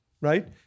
right